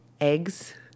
eggs